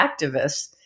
activists